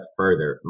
further